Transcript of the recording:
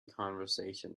conversation